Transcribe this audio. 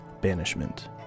banishment